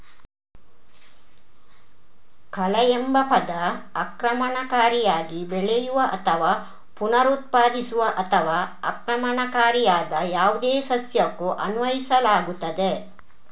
ಕಳೆಎಂಬ ಪದ ಆಕ್ರಮಣಕಾರಿಯಾಗಿ ಬೆಳೆಯುವ ಅಥವಾ ಪುನರುತ್ಪಾದಿಸುವ ಅಥವಾ ಆಕ್ರಮಣಕಾರಿಯಾದ ಯಾವುದೇ ಸಸ್ಯಕ್ಕೂ ಅನ್ವಯಿಸಲಾಗುತ್ತದೆ